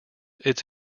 its